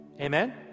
Amen